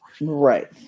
right